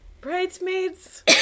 Bridesmaids